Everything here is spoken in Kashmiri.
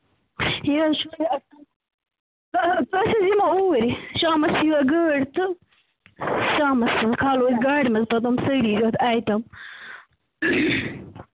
یہِ حظ چھُ تۄہہِ اصٕل أسۍ حظ یِمو اوٗرۍ شامَس یہوٕ گٲڑ تہٕ شامَس کھالو أسۍ گاڑِ منٛز توتن سٲری یوت آیٹَم